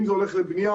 אם זה הולך לבנייה,